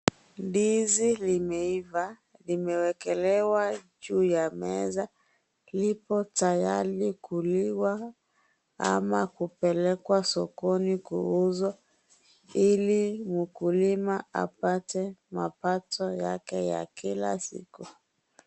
Ndizi limeiva limewekelewa juu ya meza. Lipo tayari kuliwa ama kupelekwa sokoni kuuzwa Ili mkulima apate mapato yake ya kila siku.